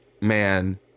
man